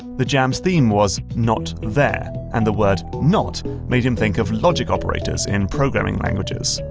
the jam's theme was not there, and the word not made him think of logic operators in programming languages.